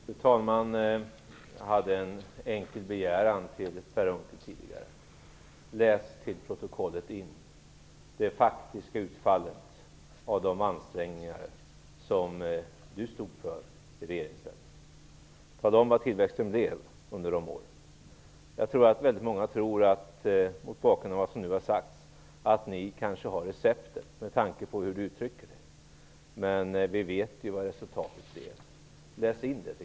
Fru talman! Jag hade en enkel begäran till Per Unckel; att han till protokollet skulle läsa in det faktiska utfallet av de ansträngningar som han stod för i regeringsställning. Tala om vad tillväxten blev under de åren! Väldigt många tror, mot bakgrund av vad som nu har sagts och med tanke på hur Per Unckel uttrycker sig, att ni kanske har receptet. Men vi vet ju vad resultatet blev. Läs in det till kammarens protokoll!